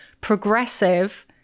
progressive